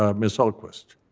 ah ms. hultquist?